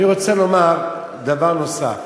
אני רוצה לומר דבר נוסף: